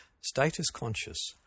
status-conscious